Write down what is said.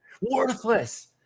Worthless